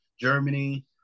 germany